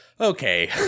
Okay